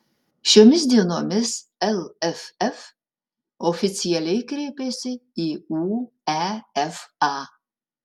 šiomis dienomis lff oficialiai kreipėsi į uefa